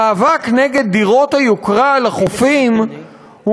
המאבק נגד דירות היוקרה על החופים הוא